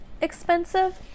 expensive